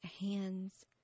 hands